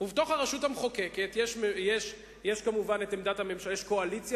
בתוך הרשות המחוקקת יש כמובן קואליציה